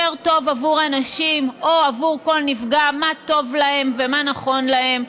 טוב עבור אנשים או עבור כל נפגע מה טוב להם ומה נכון להם.